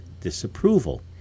disapproval